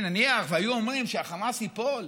אם נניח שהיו אומרים שהחמאס ייפול,